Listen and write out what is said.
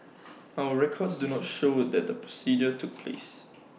our records do not show that the procedure took place